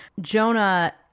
Jonah